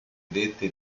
dette